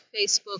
Facebook